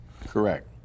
Correct